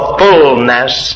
fullness